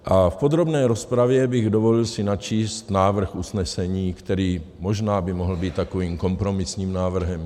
V podrobné rozpravě bych si dovolil načíst návrh usnesení, který možná by mohl být takovým kompromisním návrhem.